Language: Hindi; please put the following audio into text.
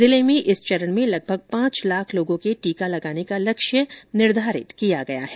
जिले में इस चरण में लगभग पांच लाख लोगों के टीका लगाने का लक्ष्य निर्धारित किया गया है